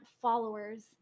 followers